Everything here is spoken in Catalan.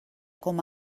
com